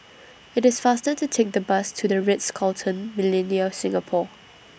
IT IS faster to Take The Bus to The Ritz Carlton Millenia Singapore